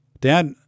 dad